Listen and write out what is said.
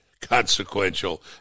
consequential